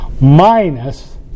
minus